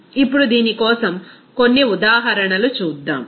ఇప్పుడు దీని కోసం కొన్ని ఉదాహరణలు చూద్దాం